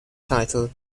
title